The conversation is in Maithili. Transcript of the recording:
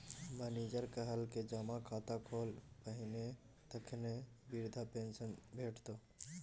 मनिजर कहलकै जमा खाता खोल पहिने तखने बिरधा पेंशन भेटितौ